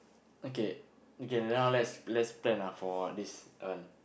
okay okay now let's let's plan ah for this one